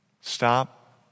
Stop